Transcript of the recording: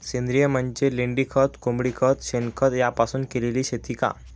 सेंद्रिय म्हणजे लेंडीखत, कोंबडीखत, शेणखत यापासून केलेली शेती का?